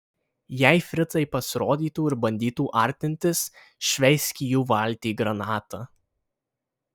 jei fricai pasirodytų ir bandytų artintis šveisk į jų valtį granatą